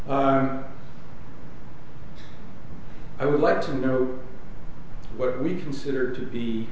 i would like to know what we consider to be